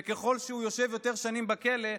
וככל שהוא יושב יותר שנים בכלא,